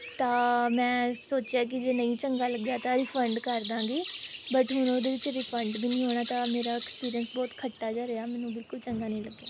ਤਾਂ ਮੈਂ ਸੋਚਿਆ ਕਿ ਜੇ ਨਹੀਂ ਚੰਗਾ ਲੱਗਿਆ ਤਾਂ ਰਿਫੰਡ ਕਰ ਦੇਵਾਂਗੀ ਬਟ ਹੁਣ ਉਹਦੇ ਵਿੱਚ ਰਿਫੰਡ ਵੀ ਨਹੀਂ ਹੋਣਾ ਤਾਂ ਮੇਰਾ ਐਕਸਪੀਰੀਐਂਸ ਬਹੁਤ ਖੱਟਾ ਜਿਹਾ ਰਿਹਾ ਮੈਨੂੰ ਬਿਲਕੁਲ ਚੰਗਾ ਨਹੀਂ ਲੱਗਿਆ